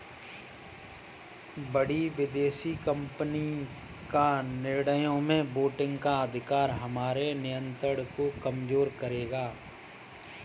बड़ी विदेशी कंपनी का निर्णयों में वोटिंग का अधिकार हमारे नियंत्रण को कमजोर करेगा